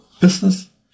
business